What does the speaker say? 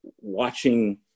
watching